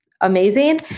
amazing